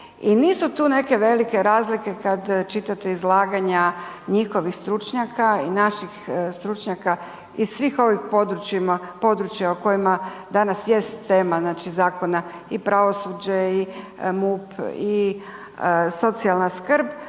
i nisu tu neke velike razlike kad čitate izlaganja njihovih stručnjaka i naših stručnjaka iz svih ovih područjima, područja o kojima danas jest tema, znači zakona i pravosuđe i MUP i socijalna skrb,